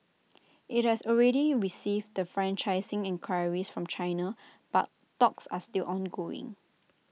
IT has already received the franchising enquiries from China but talks are still ongoing